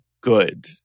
good